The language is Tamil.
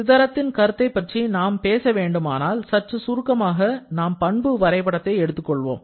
சிதறத்தின் கருத்தை பற்றி நாம் பேச வேண்டுமானால் சற்று சுருக்கமாக நாம் பண்பு வரைபடத்தை எடுத்துக் கொள்வோம்